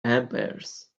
vampires